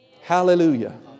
Hallelujah